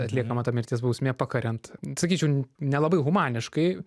atliekama ta mirties bausmė pakariant sakyčiau n nelabai humaniškai